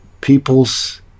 peoples